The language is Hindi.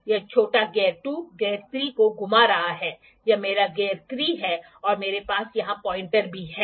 यह छोटा गियर 2 गियर 3 को घुमा रहा है यह मेरा गियर 3 है और मेरे पास यहां पॉइंटर भी है